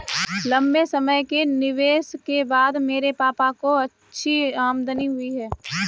लंबे समय के निवेश के बाद मेरे पापा को अच्छी आमदनी हुई है